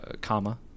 comma